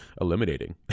eliminating